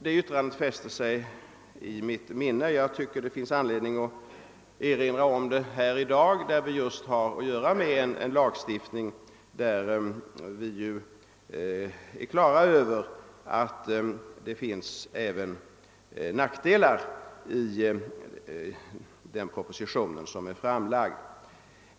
Detta yttrande fäste sig i mitt minne och jag tycker det finns anledning att erinra om det här i dag då vi just har att göra med en proposition om en lag, som vi är på det klara med har sina nackdelar.